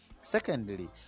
Secondly